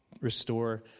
restore